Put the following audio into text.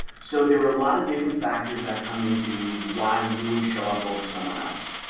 so there are a lot of different factors that come into why you would show up over someone else,